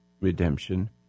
redemption